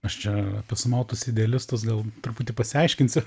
aš čia apie sumautus idealistus gal truputį pasiaiškinsiu